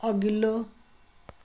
अघिल्लो